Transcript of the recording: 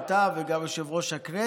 גם אתה וגם יושב-ראש הכנסת,